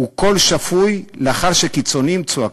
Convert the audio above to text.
הוא קול שפוי לאחר שקיצונים צועקים.